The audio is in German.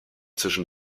zwischen